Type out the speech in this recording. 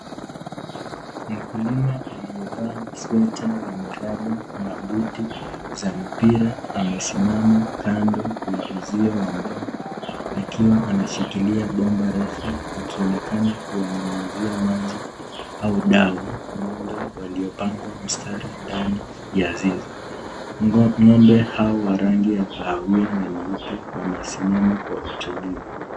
Mkulima aliyevaa sweta ya miraba na buti za mpira ,amesimama kando ya uzio wa mbao akiwa anashikilia bomba refu, akionekana kuwa nyunyuzia maji au dawa ng'ombe waliopangwa mstari ndani ya zizi.Ng'ombe hawa wa rangi ya kahawia na nyeupe, wamesimama kwa utulivu.